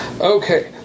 Okay